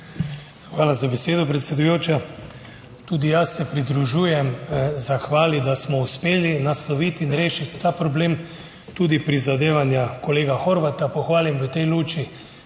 Hvala za besedo, predsedujoča. Tudi jaz se pridružujem, zahvali, da smo uspeli nasloviti in rešiti ta problem. Tudi prizadevanja kolega Horvata pohvalim v tej luči.